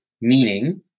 meaning